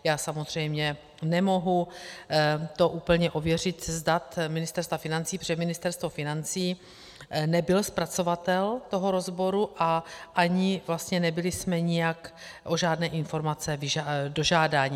Já samozřejmě nemohu to úplně ověřit z dat Ministerstva financí, protože Ministerstvo financí nebylo zpracovatelem toho rozboru a ani vlastně nebyli jsme nijak o žádné informace dožádáni.